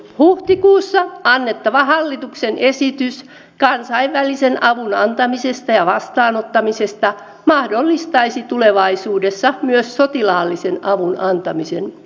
huhtikuussa annettava hallituksen esitys kansainvälisen avun antamisesta ja vastaanottamisesta mahdollistaisi tulevaisuudessa myös sotilaallisen avun antamisen